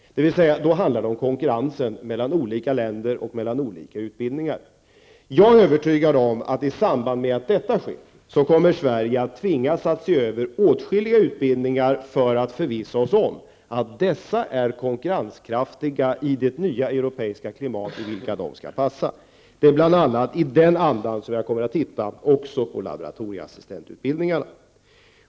Det handlar då om konkurrensen mellan olika länder och mellan olika utbildningar. Jag är övertygad om att vi i Sverige då kommer att tvingas att se över åtskilliga utbildningar för att kunna förvissa oss om att dessa är konkurrenskraftiga i det nya europeiska klimat i vilket de skall passa in. Det är bl.a. i den andan som jag kommer att se över också laboratorieassistentutbildningarna.